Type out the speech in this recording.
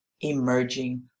emerging